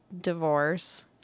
divorce